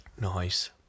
Nice